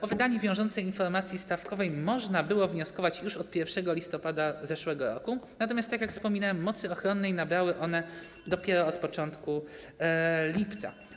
O wydanie wiążącej informacji stawkowej można było wnioskować już od 1 listopada zeszłego roku, natomiast, tak jak wspominałem, mocy ochronnej nabrała ona dopiero od początku lipca.